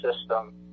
system